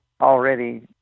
already